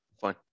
Fine